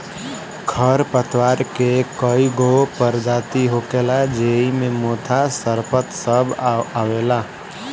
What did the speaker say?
खर पतवार के कई गो परजाती होखेला ज़ेइ मे मोथा, सरपत सब आवेला